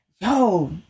yo